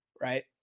right